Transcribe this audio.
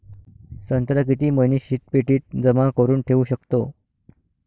संत्रा किती महिने शीतपेटीत जमा करुन ठेऊ शकतो?